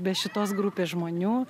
be šitos grupės žmonių